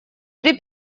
при